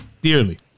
Dearly